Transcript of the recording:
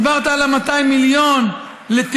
דיברת על 200 מיליון לתאורה,